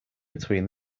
between